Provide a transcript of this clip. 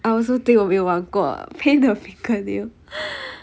I also think 我没有玩过 paint the fingernail